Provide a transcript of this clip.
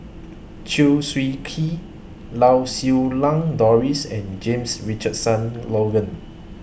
Chew Swee Kee Lau Siew Lang Doris and James Richardson Logan